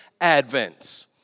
advent